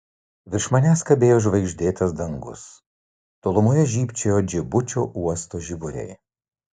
virš manęs kabėjo žvaigždėtas dangus tolumoje žybčiojo džibučio uosto žiburiai